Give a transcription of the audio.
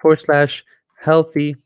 for slash healthy